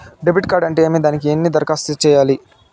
debit card అంటే ఏమి దానికి దరఖాస్తు ఎలా సేయాలి